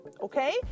Okay